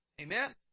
Amen